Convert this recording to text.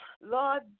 Lord